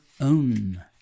own